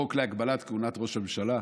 חוק להגבלת כהונת ראש הממשלה,